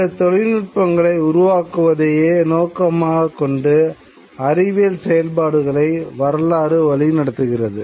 சில தொழில்நுட்பங்களை உருவாக்குவதையே நோக்கமாகக் கொண்டு அறிவியல் செயல்பாடுகளை வரலாறு வழிநடத்துகிறது